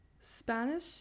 Spanish